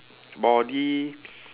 body